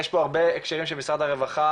יש פה הרבה הקשרים של משרד הרווחה,